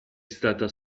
stata